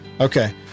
Okay